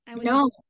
no